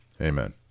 Amen